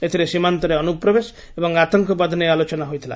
ଏଥିରେ ସୀମାନ୍ତରେ ଅନୁପ୍ରବେଶ ଏବଂ ଆତଙ୍କବାଦ ନେଇ ଆଲୋଚନା ହୋଇଥିଲା